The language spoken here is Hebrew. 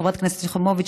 חברת הכנסת יחימוביץ,